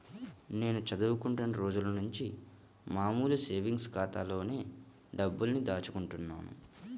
నేను చదువుకుంటున్న రోజులనుంచి మామూలు సేవింగ్స్ ఖాతాలోనే డబ్బుల్ని దాచుకుంటున్నాను